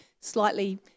slightly